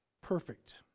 perfect